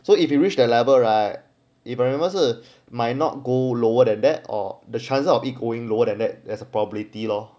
so if you reached the level right if I remember 是 that it might not go lower than that lor the chances of going lower than that is a probability lor